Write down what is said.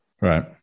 Right